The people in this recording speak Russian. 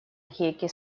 гейке